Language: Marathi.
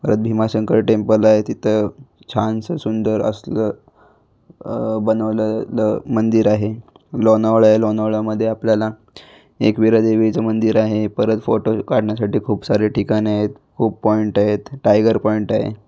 परत भिमाशंंकर टेंपल आहे तिथं छानसं सुंदर असलं बनवलेलं मंदिर आहे लोणावळा आहे लोणावळ्यामध्ये आपल्याला एकविरादेवीचं मंदिर आहे परत फाेटो काढण्यासाठी खूप सारे ठिकाणे आहेत खूप पॉइंट आहेत टायगर पॉइंंट आहे